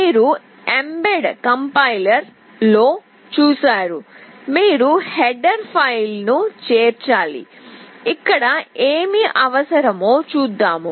మీరు mbed కంపైలర్లో చూశారు మీరు హెడర్ ఫైల్ను చేర్చాలి ఇక్కడ ఏమి అవసరమో చూద్దాం